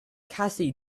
cassie